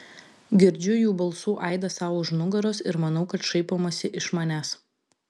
girdžiu jų balsų aidą sau už nugaros ir manau kad šaipomasi iš manęs